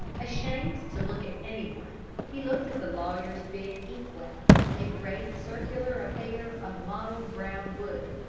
ashamed to look at any one, he looked at the lawyer's big ink-well a great, circular affair of mottled brown wood.